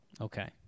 Okay